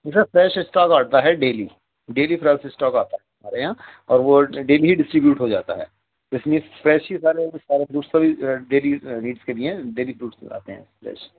جی sir fresh stock آتا ہے daily daily fresh stock آتا ہے ہمارے یہاں اور وہ ڈیلی ہی ڈسٹریبیوٹ ہو جاتا ہے تو اس لیے فریش ہی سارے سارے فروٹس کا بھی ڈیلی نیڈس کے لئیں ڈیلی فروٹس آتے ہیں فریش